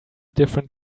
different